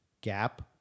gap